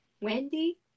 Wendy